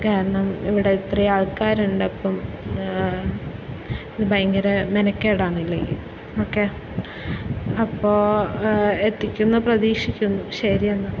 കാരണം ഇവിടെ ഇത്രയും ആൾക്കാരുണ്ടപ്പം ഇത് ഭയങ്കര മെനക്കേടാണ് ഇല്ലെങ്കിൽ ഓക്കേ അപ്പോൾ എത്തിക്കുമെന്ന് പ്രതീക്ഷിക്കുന്നു ശരിയെന്നാൽ